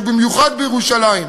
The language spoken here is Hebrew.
ובמיוחד בירושלים.